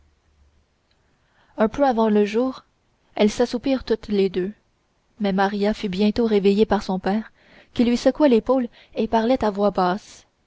un peu avant le jour elles s'assoupirent toutes les deux mais maria fut bientôt réveillée par son père qui lui secouait l'épaule et parlait à voix basse